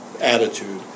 attitude